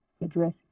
address